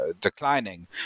declining